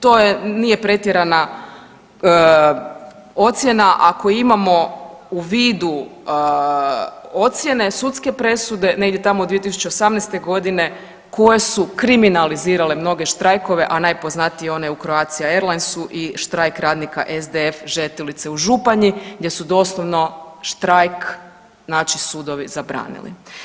To je, nije pretjerana ocjena ako imamo u vidu ocjene sudske presude negdje tamo od 2018. g., koje su kriminalizirale mnoge štrajkove, a najpoznatiji je onaj u Croatia Airlinesu i štrajk radnika SDF Žetelice u Županji gdje su doslovno štrajk znači sudovi zabranili.